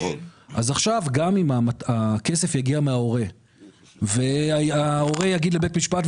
אז עכשיו גם אם הכסף יגיע מההורה וההורה יגיד לבית משפט,